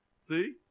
See